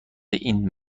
این